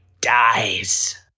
dies